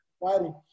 fighting